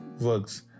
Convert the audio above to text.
works